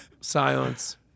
Silence